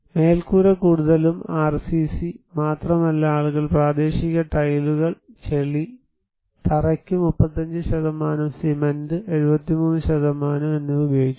മേൽക്കൂര കൂടുതലും ആർസിസി മാത്രമല്ല ആളുകൾ പ്രാദേശിക ടൈലുകൾ ചെളി തറയ്ക്ക് 35 സിമൻറ് 73 എന്നിവ ഉപയോഗിക്കുന്നു